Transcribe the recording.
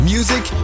Music